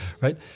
right